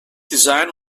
design